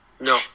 No